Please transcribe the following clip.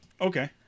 Okay